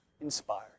inspired